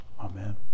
amen